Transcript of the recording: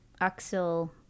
Axel